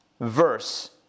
verse